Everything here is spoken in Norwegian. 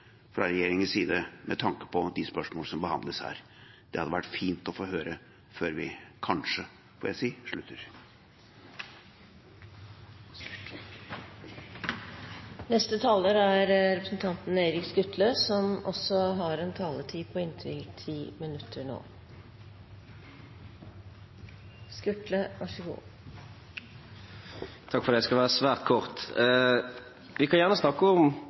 fra regjeringens side med tanke på de spørsmålene som behandles her. Det hadde vært fint å få høre før vi – kanskje, får jeg si – slutter. Jeg skal være svært kort. Vi kan gjerne snakke om den nordiske modellen, men det er jo ikke det Riksrevisjonen har undersøkt her. Det